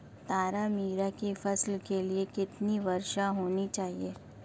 तारामीरा की फसल के लिए कितनी वर्षा होनी चाहिए?